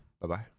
Bye-bye